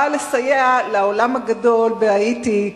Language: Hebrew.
באה לסייע לעולם הגדול בהאיטי,